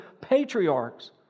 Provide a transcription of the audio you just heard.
patriarchs